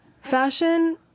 Fashion